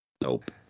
nope